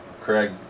Craig